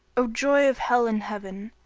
o joy of hell and heaven!